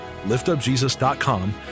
liftupjesus.com